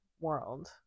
world